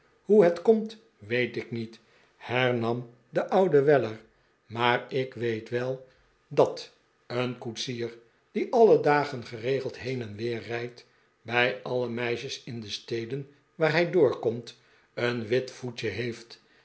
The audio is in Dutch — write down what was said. hoe het komt weet ik niet hernam de oude weller maar ik weet wel dat een koetsier die alle dagen geregeld heen en weer rijdt bij alle meisjes in de steden waar hij doorkomt een wit voetje heeft